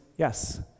yes